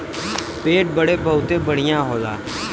पेट बदे बहुते बढ़िया होला